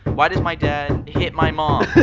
why does my dad hit my mom?